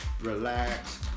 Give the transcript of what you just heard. relax